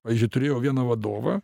pavyzdžiui turėjau vieną vadovą